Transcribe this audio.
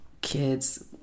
kids